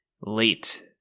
late